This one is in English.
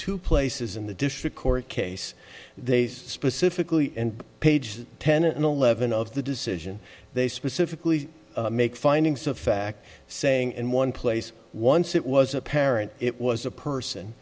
two places in the district court case they specifically page ten and eleven of the decision they specifically make findings of fact saying in one place once it was apparent it was a person